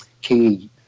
Key